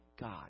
God